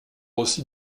aussi